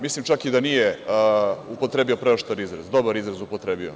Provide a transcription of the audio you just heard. Mislim čak i da nije upotrebio preoštar izraz, dobar izraz je upotrebio.